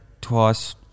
twice